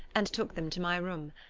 and took them to my room.